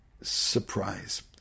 surprise